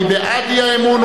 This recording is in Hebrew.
מי בעד אי-האמון?